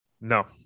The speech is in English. No